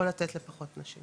או לתת לפחות נשים.